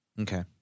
Okay